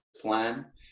plan